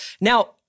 Now